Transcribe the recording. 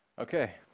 Okay